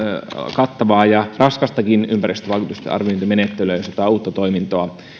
kattavaa ja raskastakin ympäristövaikutusten arviointimenettelyä jos jotain uutta toimintoa